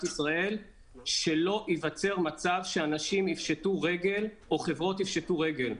ישראל שלא ייווצר מצב שאנשים יפשטו רגל או חברות יפשטו רגל.